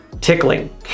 tickling